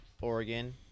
Oregon